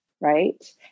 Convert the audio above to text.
right